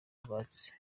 rwatsi